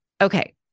okay